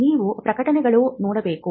ನೀವು ಪ್ರಕಟಣೆಗಳನ್ನು ನೋಡಬೇಕು